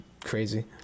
crazy